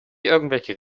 irgendwelche